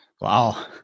Wow